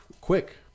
quick